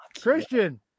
Christian